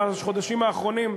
בחודשים האחרונים?